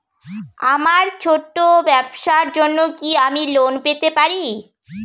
আমার ছোট্ট ব্যাবসার জন্য কি আমি লোন পেতে পারি?